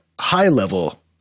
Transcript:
high-level